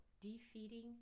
defeating